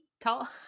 tall